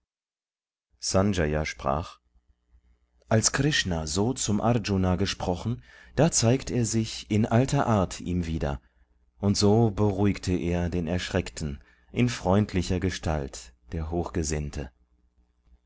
sanjaya sprach als krishna so zum arjuna gesprochen da zeigt er sich in alter art ihm wieder und so beruhigte er den erschreckten in freundlicher gestalt der